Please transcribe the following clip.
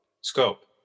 scope